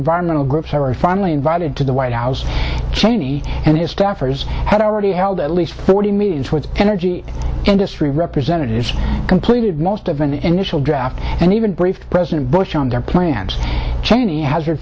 environmental groups were finally invited to the white house cheney and his staffers had already held at least forty meetings with energy industry representatives completed most of an initial draft and even briefed president bush on their plans cheney h